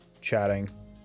chatting